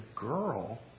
girl